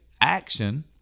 action